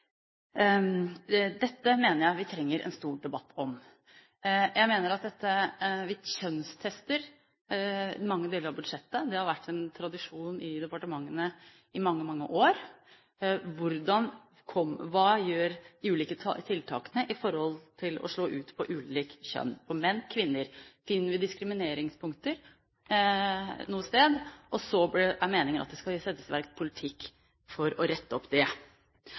Dette mener jeg vi trenger en stor debatt om. Jeg mener at vi kjønnstester mange deler av budsjettet. Det har vært en tradisjon i departementene i mange år. Hvordan slår de ulike tiltakene ut i forhold til kjønn – for menn og kvinner? Finner vi diskrimineringspunkter noe sted? Og så er meningen at det skal settes i verk politikk for å rette opp det.